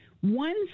one